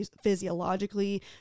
physiologically